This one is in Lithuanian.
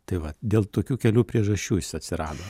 tai va dėl tokių kelių priežasčių jis atsirado